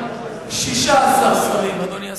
16 שרים, אדוני השר.